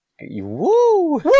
Woo